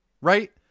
Right